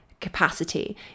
Capacity